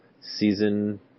season